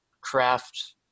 craft